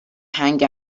هنگ